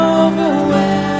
overwhelmed